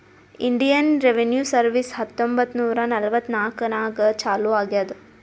Indian revenue service ಹತ್ತೊಂಬತ್ತ್ ನೂರಾ ನಲ್ವತ್ನಾಕನಾಗ್ ಚಾಲೂ ಆಗ್ಯಾದ್